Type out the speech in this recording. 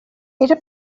era